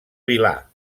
vilà